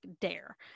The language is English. dare